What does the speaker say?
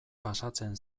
pasatzen